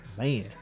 Man